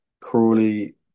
Crawley